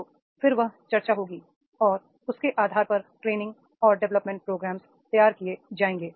तो फिर वह चर्चा होगी और उसके आधार पर ट्रे निंग और डेवलपमेंट प्रोग्राम्स तैयार किए जाएंगे